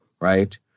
right